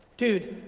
dude,